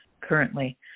currently